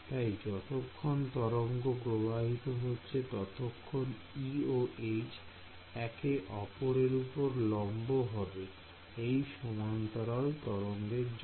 তাই যতক্ষণ তরঙ্গ প্রবাহিত হচ্ছে ততক্ষণ E ও H একে অপরের উপর লম্ব হবে এই সমতল তরঙ্গের জন্য